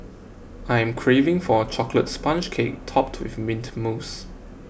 I am craving for a Chocolate Sponge Cake Topped with Mint Mousse